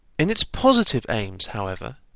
in its positive aims, however,